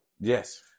yes